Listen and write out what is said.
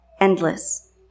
endless